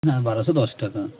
হ্যাঁ বারোশো দশ টাকা